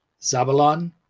Zabalon